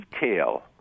detail